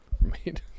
made